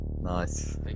Nice